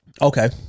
okay